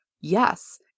yes